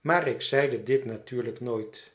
maar ik zeide dit natuurlijk nooit